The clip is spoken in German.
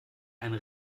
einen